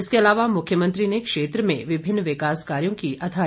इसके अलावा मुख्यमंत्री ने क्षेत्र में विभिन्न विकास कार्यो की आधरशिला भी रखी